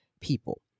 people